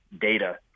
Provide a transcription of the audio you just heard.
data